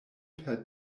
per